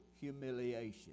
humiliation